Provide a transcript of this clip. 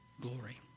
glory